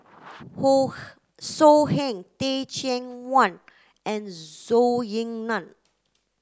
who so Heng Teh Cheang Wan and Zhou Ying Nan